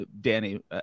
Danny